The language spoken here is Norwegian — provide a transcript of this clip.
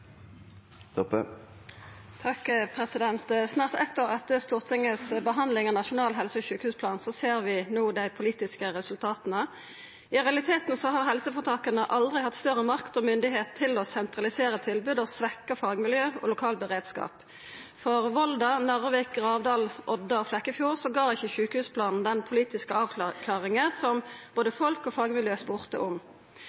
Snart eitt år etter Stortingets behandling av Nasjonal helse- og sjukehusplan ser vi no dei politiske resultata. I realiteten har helseføretaka aldri hatt større makt og myndigheit til å sentralisera tilbodet og svekkja fagmiljø og lokal beredskap. For Volda, Narvik, Gravdal, Odda og Flekkefjord gav ikkje sjukehusplanen den politiske avklaringa som både